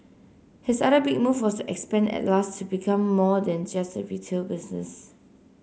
his other big move was expand Atlas to become more than just a retail business